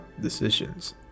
decisions